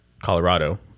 Colorado